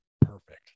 Perfect